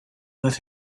that